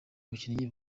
bakinnyi